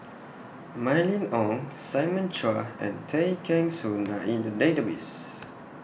Mylene Ong Simon Chua and Tay Kheng Soon Are in The Database